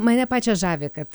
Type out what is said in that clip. mane pačią žavi kad